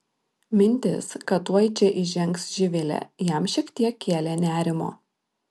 mintis kad tuoj čia įžengs živilė jam šiek tiek kėlė nerimo